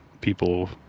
people